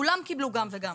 כולם קיבלו גם וגם.